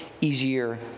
easier